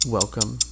Welcome